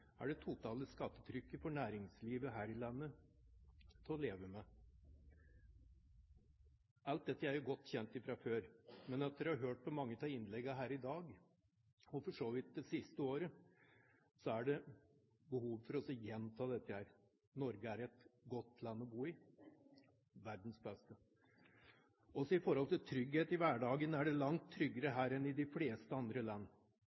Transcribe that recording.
er det totale skattetrykket for næringslivet her i landet til å leve med. Alt dette er jo godt kjent fra før. Men etter å ha hørt på mange av innleggene her i dag – og for så vidt det siste året – er det behov for å gjenta det at Norge er et godt land å bo i, verdens beste. Også når det gjelder trygghet i hverdagen, er det langt tryggere her enn i de fleste andre land.